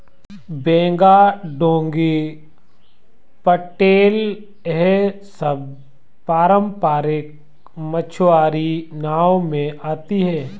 बेड़ा डोंगी पटेल यह सब पारम्परिक मछियारी नाव में आती हैं